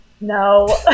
No